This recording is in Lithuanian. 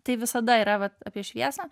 tai visada yra vat apie šviesą